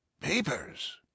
papers